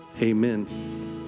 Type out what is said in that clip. amen